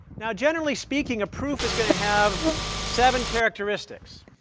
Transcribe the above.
now generally speaking, a proof is going to have seven characteristics